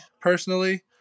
personally